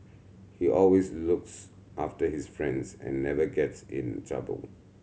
he always looks after his friends and never gets in trouble